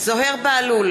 זוהיר בהלול,